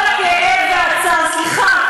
עם כל הכאב והצער, סליחה.